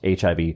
HIV